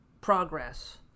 progress